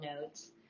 notes